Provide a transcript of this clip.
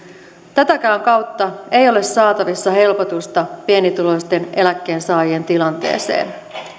tätäkään kautta ei ole saatavissa helpotusta pienituloisten eläkkeensaajien tilanteeseen